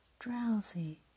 Drowsy